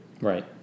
Right